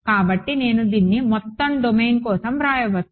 కాబట్టి నేను దీన్ని మొత్తం డొమైన్ కోసం వ్రాయవచ్చు